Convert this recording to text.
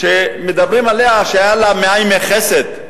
שמדברים עליה, שהיו לה מאה ימי חסד.